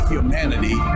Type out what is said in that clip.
humanity